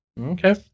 okay